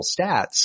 stats